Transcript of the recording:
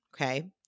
okay